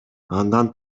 андан